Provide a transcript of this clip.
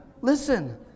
listen